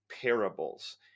parables